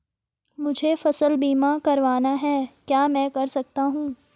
मुझे फसल बीमा करवाना है क्या मैं कर सकता हूँ?